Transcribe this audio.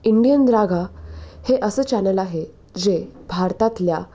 Indian Raga हे असं channel आहे जे भारतातल्या